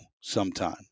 sometime